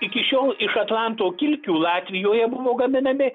iki šiol iš atlanto kilkių latvijoje buvo gaminami